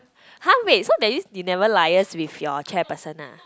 !huh! wait so that means you never liars with your chair person lah